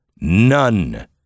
None